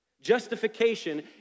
Justification